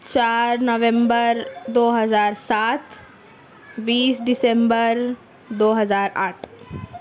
چار نومبر دو ہزار سات بیس دسمبر دو ہزار آٹھ